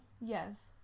Yes